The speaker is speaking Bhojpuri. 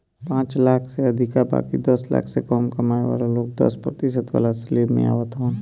पांच लाख से अधिका बाकी दस लाख से कम कमाए वाला लोग दस प्रतिशत वाला स्लेब में आवत हवन